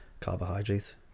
carbohydrates